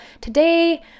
today